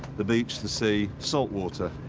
the beach, the sea, salt water,